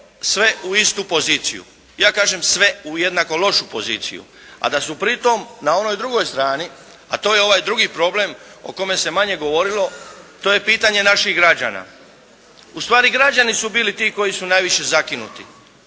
sve u istu poziciju, ja kažem sve u jednako lošu poziciju, a da su pri tom na onoj drugoj strani, a to je ovaj drugi problem o kojem se manje govorilo, to je pitanje naših građana. Ustvari građani su bili ti koji su najviše zakinuti.